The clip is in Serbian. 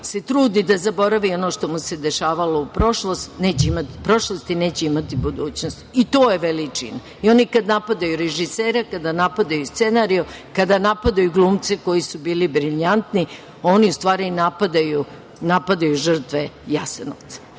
se trudi da zaboravi ono što mu se dešavalo u prošlosti – neće imati budućnost. I to je veličina. I oni kada napadaju režisere, kada napadaju scenario, kada napadaju glumce koji su bili briljantni, oni u stvari napadaju žrtve Jasenovca.I